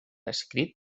escrit